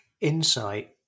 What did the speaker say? insight